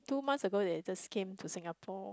two months ago they just came to Singapore